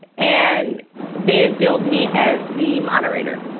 and they had billed me as the moderator